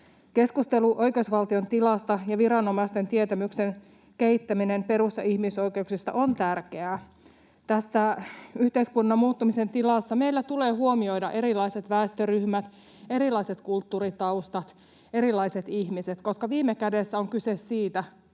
Keskustelu oikeusvaltion tilasta ja viranomaisten tietämyksen kehittäminen perus- ja ihmisoikeuksista on tärkeää. Tässä yhteiskunnan muuttumisen tilassa meillä tulee huomioida erilaiset väestöryhmät, erilaiset kulttuuritaustat, erilaiset ihmiset, koska viime kädessä on kyse siitä: